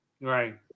Right